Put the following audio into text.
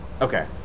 Okay